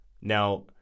Now